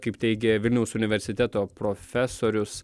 kaip teigė vilniaus universiteto profesorius